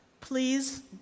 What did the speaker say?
Please